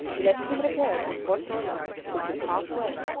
let him repair to fort royal, which is half way,